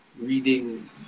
reading